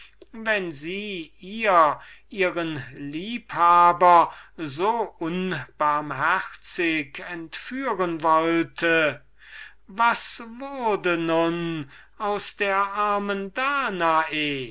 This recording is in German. wenn sie ihr ihren liebhaber so unbarmherzig entführen wollte was wurde nun aus der armen danae